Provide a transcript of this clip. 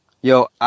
Yo